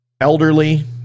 elderly